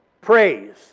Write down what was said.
praise